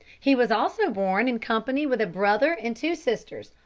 he was also born in company with a brother and two sisters,